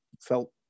felt